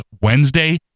Wednesday